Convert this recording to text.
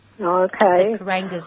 Okay